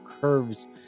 curves